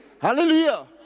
Hallelujah